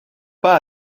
pas